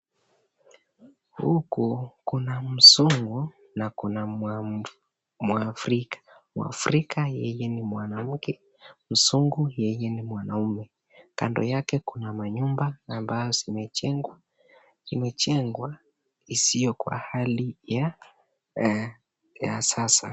Huku kuna mzungu na kuna mwafrika, mwafrika yeye ni mwanamke, mzungu yeye ni mwanaume ,kando yake kuna manyumba ambazo zimejengwa, zimejengwa isiyo kwa hali ya sasa.